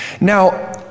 Now